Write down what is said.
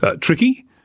tricky